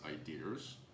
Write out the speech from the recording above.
ideas